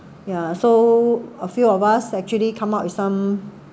ya so a few of us actually come up with some